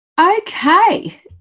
Okay